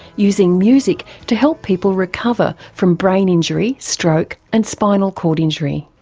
using music to help people recover from brain injury, stroke and spinal cord injury.